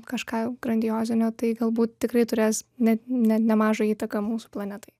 kažką grandiozinio tai galbūt tikrai turės ne ne nemažą įtaką mūsų planetai